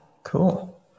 cool